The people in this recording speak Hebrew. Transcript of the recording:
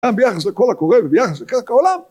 גם ביחס לקול הקורא וביחס לקרקע עולם